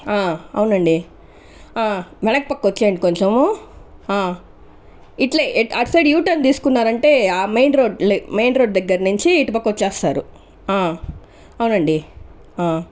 అవునండి వెనకపక్క వచ్చేయండి కొంచెము ఇట్లే అటు సైడ్ యూ టర్న్ తీసుకున్నారంటే మెయిన్ రోడ్ మెయిన్ రోడ్ దగ్గర నుంచి ఇటు పక్క వచ్చేస్తారు అవునండి